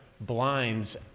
blinds